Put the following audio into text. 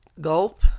gulp